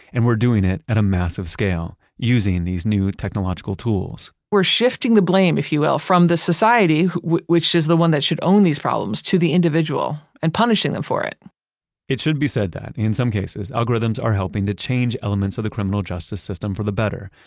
and we're doing it at a massive scale using these new technological tools we're shifting the blame, if you will, from the society, which is the one that should own these problems, to the individual and punishing them for it it should be said that, in some cases, algorithms are helping to change elements of the criminal justice system for the better.